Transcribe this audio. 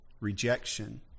rejection